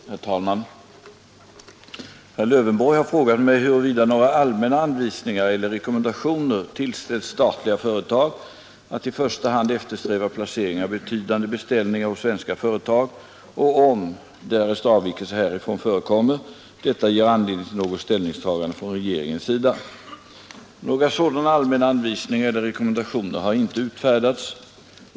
Herr talman! Herr Lövenborg har frågat mig huruvida några allmänna anvisningar eller rekommendationer tillställts statliga företag att i första hand eftersträva placering av betydande beställningar hos svenska företag, och om, därest avvikelse härifrån förekommer, detta ger anledning till något ställningstågande från regeringens sida. Några sådana allmänna anvisningar eller rekommendationer har inte utfärdats.